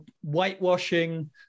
whitewashing